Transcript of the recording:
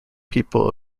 people